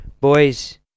boys